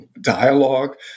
dialogue